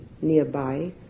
nearby